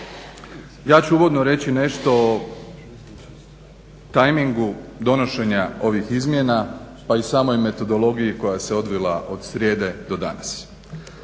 Ja ću uvodno reći nešto o tajmingu donošenja ovih izmjena pa i samoj metodologiji koja se odvila od srijede do danas.